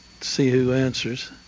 see-who-answers